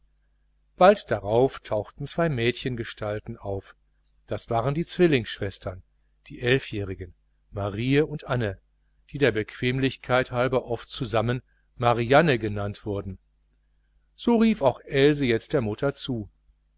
bald darauf tauchten zwei mädchengestalten auf das waren die zwillingsschwestern die elfjährigen marie und anna die der bequemlichkeit halber oft zusammen marianne genannt wurden so rief auch else jetzt der mutter zu